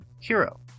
hero